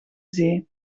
zee